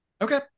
Okay